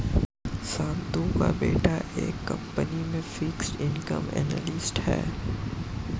शांतनु का बेटा एक कंपनी में फिक्स्ड इनकम एनालिस्ट है